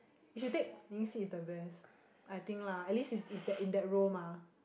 you should take Wan-Ning's seat is the best I think lah at least is in that in that row mah